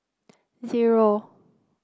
zero